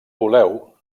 voleu